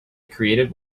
created